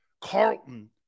Carlton